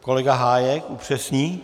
Kolega Hájek upřesní.